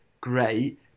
great